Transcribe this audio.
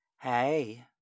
Hey